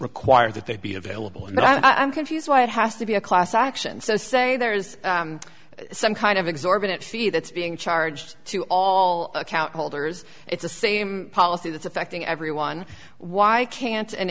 require that they be available and that i'm confused why it has to be a class action so say there is some kind of exorbitant fee that's being charged to all account holders it's the same policy that's affecting everyone why i can't an